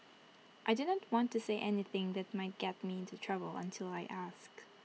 I do not want to say anything that might get me into trouble until I ask